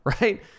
right